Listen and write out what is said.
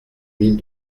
mille